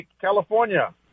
California